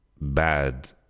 bad